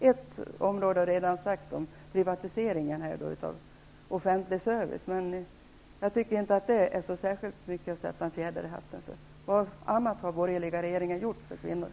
Ett område är redan nämnt, nämligen privatiseringen av offentlig service, men jag tycker inte att det ger så särskilt stor anledning att sätta en fjäder i hatten. Vad annat har den borgerliga regeringen gjort för kvinnorna?